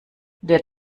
der